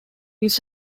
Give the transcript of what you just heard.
this